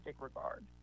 regard